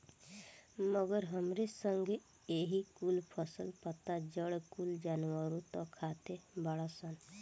मगर हमरे संगे एही कुल फल, पत्ता, जड़ कुल जानवरनो त खाते बाड़ सन